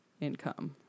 income